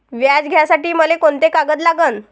व्याज घ्यासाठी मले कोंते कागद लागन?